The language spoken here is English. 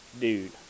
dude